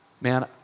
Man